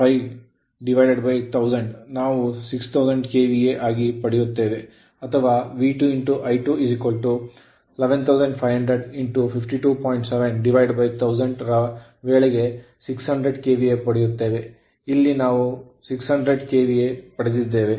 71000 ರ ವೇಳೆಗೆ 600 KVA ಪಡೆಯುತ್ತೇವೆ ಇಲ್ಲಿಯೂ ನಾವು 600 KVA ಪಡೆಯುತ್ತೇವೆ